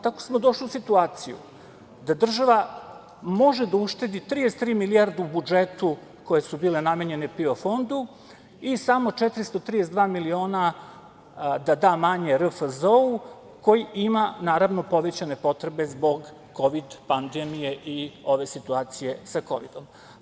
Tako smo došli u situaciju da država može da uštedi 33 milijarde u budžetu koje su bile namenjene PIO fondu i samo 432 miliona da da manje RFZO-u, koji ima, naravno, povećane potrebe zbog kovid pandemije i ove situacije sa kovidom.